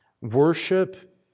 worship